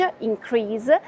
increase